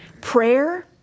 Prayer